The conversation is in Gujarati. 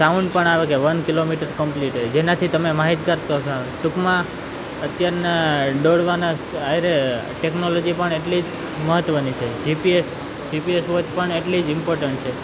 સાઉન્ડ પણ આવે કે વન કિલોમીટર કંપલીટેડ જેનાથી માહિતગાર તો થાઓ ટૂંકમાં અત્યારના દોડવાના હાયરે ટેકનોલોજી પણ એટલી જ મહત્વની છે જીપીએસ જીપીએસ વોચ પણ એટલી જ ઇમ્પોર્ટન્ટ છે